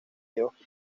nidos